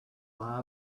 lie